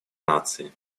нации